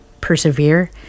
persevere